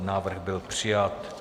Návrh byl přijat.